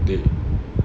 dey